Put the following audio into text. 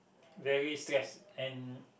very stress and